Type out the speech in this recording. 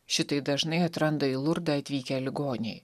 šitai dažnai atranda į lurdą atvykę ligoniai